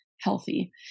healthy